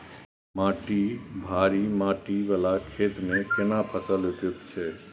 माटी भारी माटी वाला खेत में केना फसल उपयुक्त छैय?